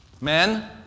Men